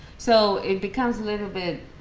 so it becomes a little bit